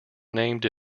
named